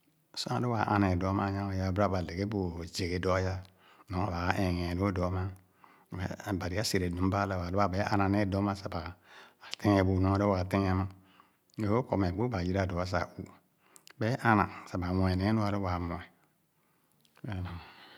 Sor alō wa āna ē dōō ama a’nyor-ee ā barà ba le ghe bu zege dōō áyà nɔ baa ɛɛghàn lóó dóó amà. Meh bari a’sere dum ba alabà lo’a ab‘a āna nee dōō amà sah ba tɛɛn bu nu’alō waa tɛɛn amà. Nyorwō kɔ me gbo ba yiira do‘asah ụ, ba’e āna sah ba mue nee nu a’lō waa mue